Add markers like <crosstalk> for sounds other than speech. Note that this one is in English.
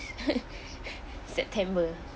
<laughs> september